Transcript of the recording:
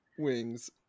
Wings